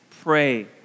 pray